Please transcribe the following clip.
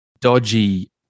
dodgy